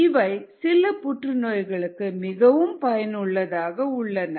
இவை சில புற்று நோய்களுக்கு மிகவும் பயனுள்ளதாக உள்ளன